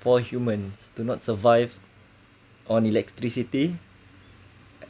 for human do not survive on electricity